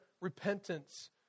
repentance